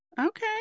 okay